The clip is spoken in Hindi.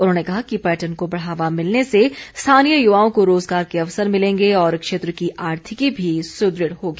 उन्होंने कहा कि पर्यटन को बढ़ावा मिलने से स्थानीय युवाओं को रोज़गार के अवसर मिलेंगे और क्षेत्र की आर्थिकी भी सुदृढ़ होगी